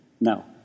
No